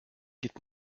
geht